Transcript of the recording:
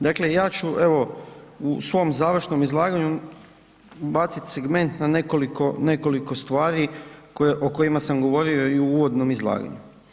Dakle, ja ću evo u svom završnom izlaganju bacit segment na nekoliko stvari o kojima sam govorio i u vodnom izlaganju.